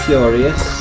Furious